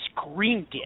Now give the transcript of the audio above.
screamed